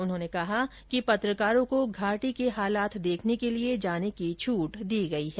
उन्होंने कहा कि पत्रकारों को घाटी के हालात देखने के लिए जाने की छूट दी गई है